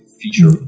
feature